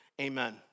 amen